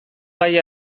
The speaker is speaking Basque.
gai